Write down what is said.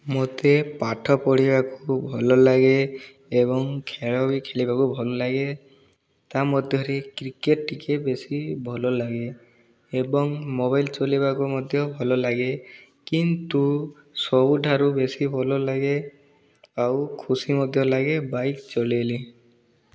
ମୋତେ ପାଠ ପଢ଼ିବାକୁ ଭଲ ଲାଗେ ଏବଂ ଖେଳ ବି ଖେଳିବାକୁ ଭଲ ଲାଗେ ତା ମଧ୍ୟରେ କ୍ରିକେଟ ଟିକେ ବେଶି ଭଲ ଲାଗେ ଏବଂ ମୋବାଇଲ ଚଲାଇବାକୁ ମଧ୍ୟ ଭଲ ଲାଗେ କିନ୍ତୁ ସବୁଠାରୁ ବେଶି ଭଲ ଲାଗେ ଆଉ ଖୁସି ମଧ୍ୟ ଲାଗେ ବାଇକ୍ ଚଲାଇଲେ